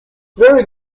very